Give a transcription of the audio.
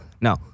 no